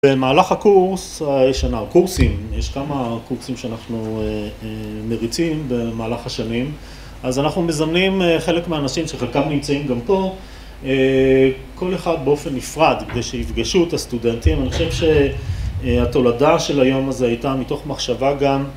במהלך הקורס, קורסים, יש כמה קורסים שאנחנו מריצים במהלך השנים, אז אנחנו מזמנים חלק מהאנשים שחלקם נמצאים גם פה, כל אחד באופן נפרד, כדי שיפגשו את הסטודנטים. אני חושב שהתולדה של היום הזה הייתה מתוך מחשבה גם.